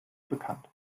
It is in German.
bekannt